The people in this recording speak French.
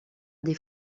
des